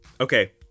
Okay